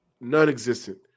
nonexistent